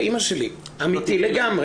אמיתי לגמרי.